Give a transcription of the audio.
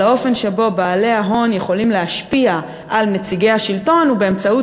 על האופן שבו בעלי ההון יכולים להשפיע על נציגי השלטון ובאמצעות